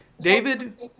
David